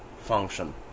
function